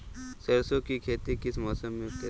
सरसों की खेती किस मौसम में करें?